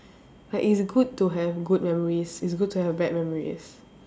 like it is good to have good memories it's good to have bad memories